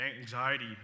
anxiety